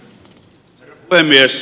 herra puhemies